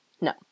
No